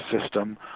system